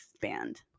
band